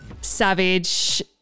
savage